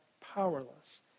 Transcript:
powerless